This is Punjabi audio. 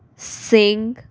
ਸਿੰਘ